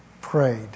prayed